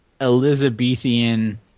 Elizabethan